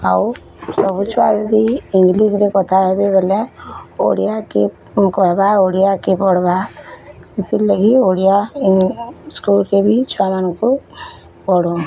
ଆଉ ସବୁ ଛୁଆ ଯଦି ଇଂଲିସ୍ରେ କଥା ହେବେ ବୋଲେ ଓଡ଼ିଆ କିଏ କହେବା ଓଡ଼ିଆ କିଏ ପଢ଼୍ବା ସେଥିର୍ ଲାଗି ଓଡ଼ିଆ ସ୍କୁଲ୍ରେ ବି ଛୁଆ ମାନକୁଁ ପଢ଼ଉନ୍